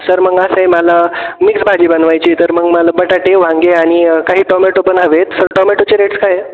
sir मग असं आहे मला मिक्स भाजी बनवायची तर मग मला बटाटे वांगे आणि काही टोमॅटो पण हवे आहेत सर टॉमॅटोचे रेट्स काय आहेत